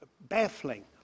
baffling